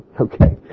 okay